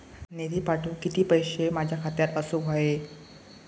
निधी पाठवुक किती पैशे माझ्या खात्यात असुक व्हाये?